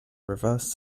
reverse